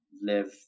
live